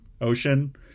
Ocean